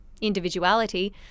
individuality